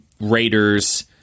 Raiders